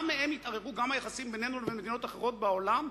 מהם יתערערו גם היחסים בינינו לבין מדינות אחרות בעולם,